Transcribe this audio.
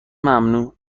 ممنوع